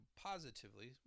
positively